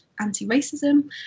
anti-racism